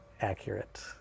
accurate